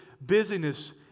busyness